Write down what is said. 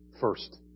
First